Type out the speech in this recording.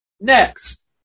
Next